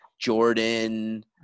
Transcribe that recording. Jordan